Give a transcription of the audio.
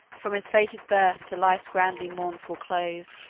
from his fated birth to life's grandly mournful close.